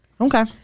Okay